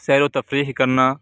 سیرو تفریح کرنا